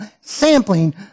sampling